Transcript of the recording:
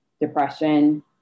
depression